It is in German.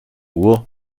uhr